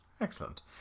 Excellent